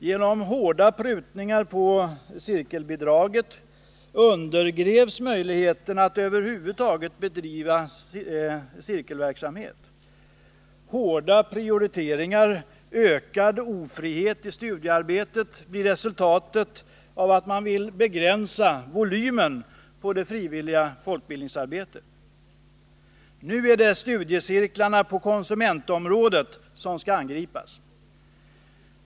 Genom hårda prutningar på cirkelbidraget undergrävs möjligheterna att över huvud taget bedriva cirkelverksamhet. Hårda prioriteringar, ökad ofrihet i studiearbetet blir resultatet av att man vill begränsa volymen på det frivilliga folkbildningsarbetet. Nu är det studiecirklarna på konsumentområdet som skall angripas.